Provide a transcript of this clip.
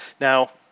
Now